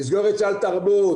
לסגור את סל תרבות,